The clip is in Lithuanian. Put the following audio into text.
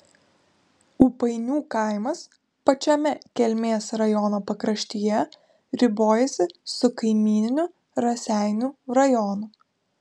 ūpainių kaimas pačiame kelmės rajono pakraštyje ribojasi su kaimyniniu raseinių rajonu